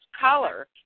color